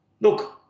look